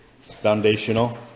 Foundational